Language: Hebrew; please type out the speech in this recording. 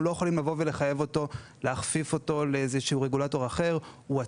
אנחנו לא יכולים לבוא ולהכפיף אותו לאיזה שהוא רגולטור אחר; הוא עצמאי,